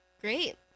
Great